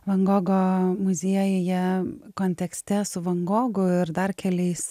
van gogo muziejuje kontekste su van gogu ir dar keliais